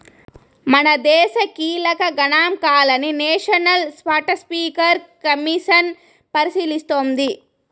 మనదేశ కీలక గనాంకాలని నేషనల్ స్పాటస్పీకర్ కమిసన్ పరిశీలిస్తోంది